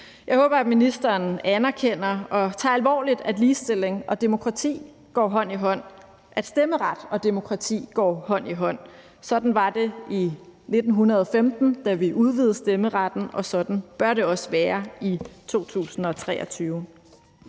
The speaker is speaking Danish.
Jeg håber, ministeren anerkender det og tager det alvorligt, at ligestilling og demokrati går hånd i hånd, at stemmeret og demokrati går hånd i hånd. Sådan var det i 1915, da vi udvidede stemmeretten, og sådan bør det også være i 2023.